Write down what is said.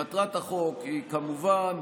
לגופו של החוק אנחנו נאמר שמטרת החוק היא כמובן